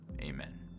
Amen